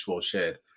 shared